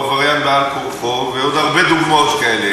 עבריין בעל-כורחו, ועוד הרבה דוגמאות כאלה יש.